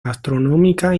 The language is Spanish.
astronómica